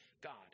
God